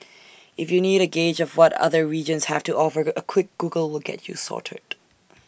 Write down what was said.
if you need A gauge of what other regions have to offer A quick Google will get you sorted